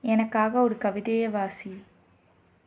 எனக்காக ஒரு கவிதையை வாசி